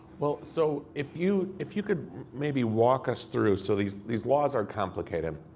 well, so if you if you could maybe walk us through. so these these laws are complicated.